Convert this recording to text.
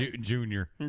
Junior